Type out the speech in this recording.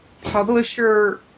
publisher